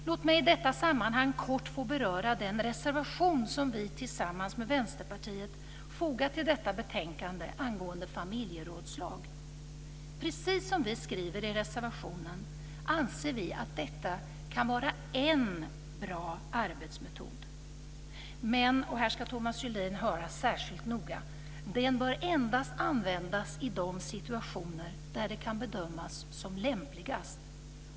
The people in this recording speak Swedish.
Låt mig i detta sammanhang kort få beröra den reservation som vi tillsammans med Vänsterpartiet har fogat till detta betänkande angående familjerådslag. Precis som vi skriver i reservationen anser vi att detta kan vara en bra arbetsmetod. Men, och här ska Thomas Julin höra särskilt noga, den bör endast användas i de situationer där det kan bedömas som lämpligast.